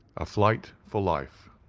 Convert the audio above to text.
a flight for life.